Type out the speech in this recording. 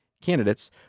candidates